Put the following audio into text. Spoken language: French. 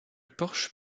porche